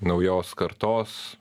naujos kartos